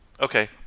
Okay